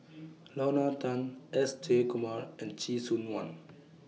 Lorna Tan S Jayakumar and Chee Soon one